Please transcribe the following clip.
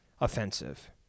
offensive